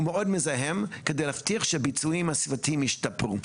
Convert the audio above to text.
מאוד מזהם כדי להבטיח שהביצועיים הסביבתיים ישתפרו.